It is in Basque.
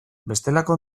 bestelako